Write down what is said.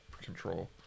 control